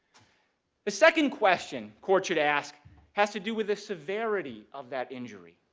the second question court should ask has to do with the severity of that injury.